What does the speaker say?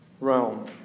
realm